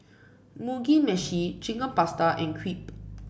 Mugi Meshi Chicken Pasta and Crepe